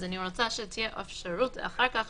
אז אני רוצה שתהיה אפשרות אחר כך